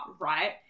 right